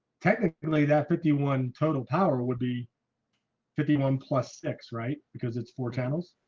technically that fifty one total power would be fifty one plus six right because it's four channels.